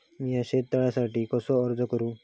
मीया शेत तळ्यासाठी कसो अर्ज करू?